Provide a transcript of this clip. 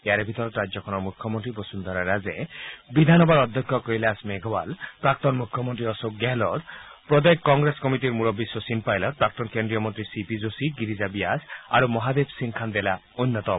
ইয়াৰে ভিতৰত ৰাজ্যখনৰ মুখ্যমন্ত্ৰী বসুন্ধৰা ৰাজে বিধানসভাৰ অধ্যক্ষ কৈলাশ মেঘৱাল প্ৰাক্তন মুখ্যমন্ত্ৰী অশোক গেহলট প্ৰদেশ কংগ্ৰেছ কমিটীৰ মুৰববী শচীন পাইলট প্ৰাক্তন কেন্দ্ৰীয় মন্ত্ৰী চি পি যোশী গিৰিজা ব্যাস আৰু মহাদেৱ সিং খান্দেলা অন্যতম